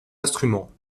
instruments